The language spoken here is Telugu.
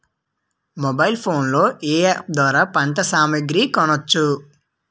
మొబైల్ ఫోన్ లో ఏ అప్ ద్వారా పంట సామాగ్రి కొనచ్చు?